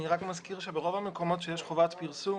אני רק מזכיר שברוב המקומות שיש חובת פרסום,